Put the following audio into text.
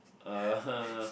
uh